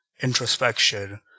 introspection